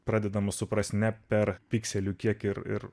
pradedama suprasti ne per pykteliu kiek ir ir